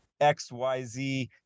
XYZ